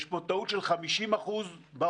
יש פה טעות של 50% באומדן.